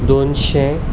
दोनशें